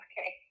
Okay